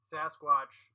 Sasquatch